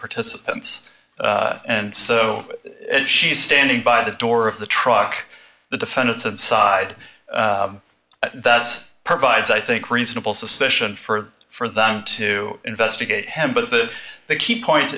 participants and so she's standing by the door of the truck the defendant's inside that provides i think reasonable suspicion for for them to investigate him but the key point